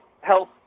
health